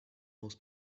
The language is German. aus